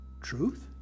truth